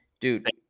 Dude